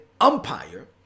umpire